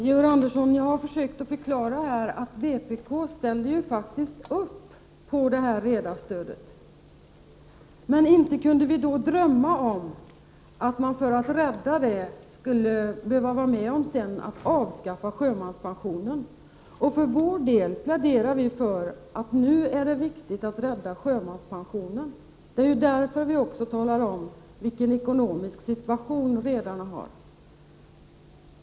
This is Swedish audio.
Herr talman! Jag har ju försökt förklara för Georg Andersson att vpk faktiskt ställde upp på detta redarstöd, men inte kunde vi då drömma om att man för att rädda näringen sedan skulle behöva vara med om att avskaffa sjömanspensionen! För vår del pläderar vi för att det nu är viktigt att rädda sjömanspensionen. Det är därför vi också talar om vilken ekonomisk situation redarna har.